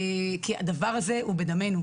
אלא שזה יהיה קבוע בחוק כי הדבר הזה הוא בדמנו.